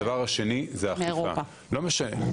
לא משנה.